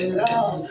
love